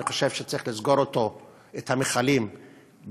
אני חושב שצריך לסגור את המכלים בכלל.